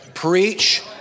preach